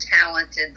talented